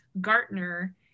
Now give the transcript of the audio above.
Gartner